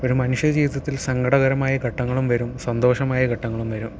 ഒരു മനുഷ്യ ജീവിതത്തിൽ സങ്കടകരമായ ഘട്ടങ്ങളും വരും സന്തോഷമായ ഘട്ടങ്ങളും വരും